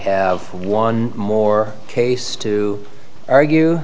have one more case to argue